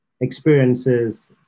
experiences